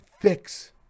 fix